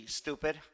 stupid